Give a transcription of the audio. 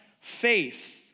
faith